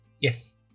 yes